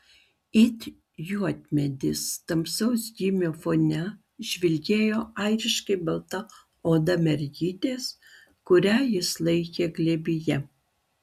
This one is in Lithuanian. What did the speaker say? it juodmedis tamsaus gymio fone žvilgėjo airiškai balta oda mergytės kurią jis laikė glėbyje